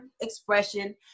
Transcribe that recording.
expression